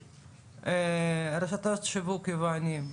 רשתות שיווק יבואנים,